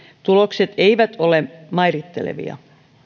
tulokset eivät ole mairittelevia